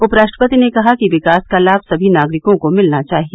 उपराष्ट्रपति ने कहा कि विकास का लाभ सभी नागरिकों को मिलना चाहिए